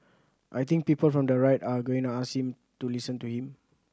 I think people from the right are going to listen to him